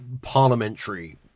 parliamentary